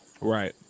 Right